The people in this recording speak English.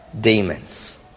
demons